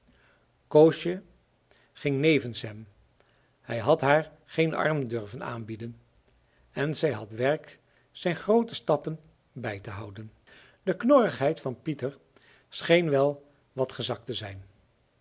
koosje ging nevens hem hij had haar geen arm durven aanbieden en zij had werk zijn groote stappen bij te houden de knorrigheid van pieter scheen wel wat gezakt te zijn